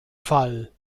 fall